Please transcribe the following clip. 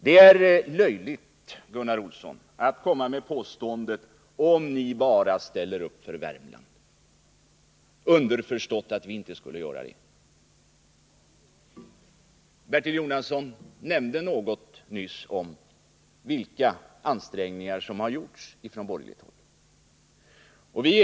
Det är löjligt, Gunnar Olsson, att komma med påståendet ”om ni bara ställer upp för Värmland” — underförstått att vi inte skulle göra det. Bertil Jonasson nämnde nyss något om vilka ansträngningar som hade gjorts från borgerligt håll.